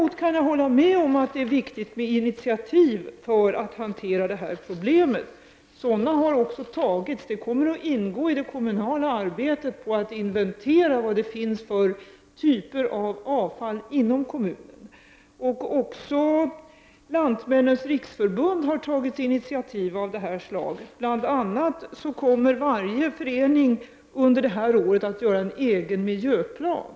Sådana initiativ har också tagits. Det kommer att ingå i det kommunala arbetet att inventera vad det finns för typer av avfall inom kommunen. Även Lantmännens riksförbund har tagit initiativ av detta slag. Bl.a. kommer varje förening att under det här året utarbeta en egen miljöplan.